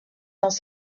dans